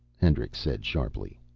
hendricks said sharply.